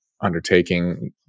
undertaking